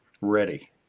ready